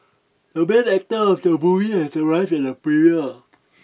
the main actor of the movie has arrived at the premiere